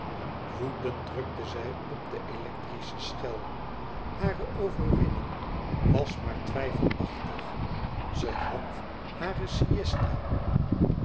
woedend drukte zij op de electrische schel hare overwinning was maar twijfelachtig ze had